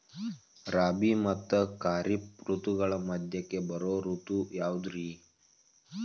ರಾಬಿ ಮತ್ತ ಖಾರಿಫ್ ಋತುಗಳ ಮಧ್ಯಕ್ಕ ಬರೋ ಋತು ಯಾವುದ್ರೇ?